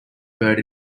bird